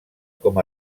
com